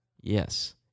Yes